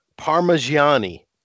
Parmigiani